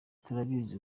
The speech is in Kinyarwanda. turabizi